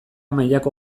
mailako